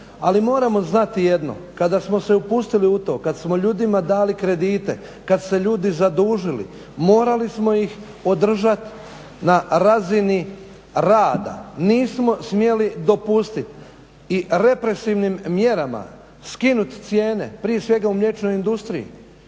ali moramo znati jedno. Kada smo se upustili u to, kada smo ljudima dali kredite, kad su se ljudi zadužili morali smo ih podržati na razini rada, nismo smjeli dopustiti i represivnim mjerama skinuti cijene, prije svega u mliječnoj industriji,